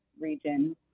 region